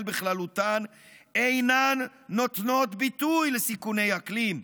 בכללותן אינן נותנות ביטוי לסיכוני אקלים.